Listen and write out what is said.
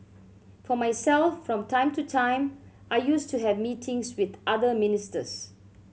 for myself from time to time I used to have meetings with other ministers